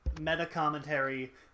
meta-commentary